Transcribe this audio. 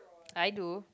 I do